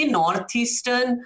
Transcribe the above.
northeastern